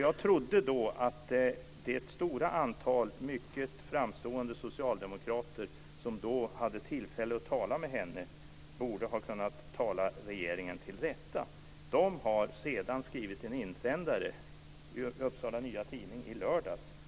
Jag trodde att det mycket stora antal framstående socialdemokrater som då hade tillfälle att tala med henne borde ha kunnat tala regeringen till rätta. De har sedan skrivit en insändare i Upsala Nya Tidning i lördags.